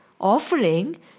offering